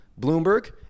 Bloomberg